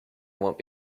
won’t